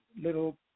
little